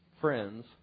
friends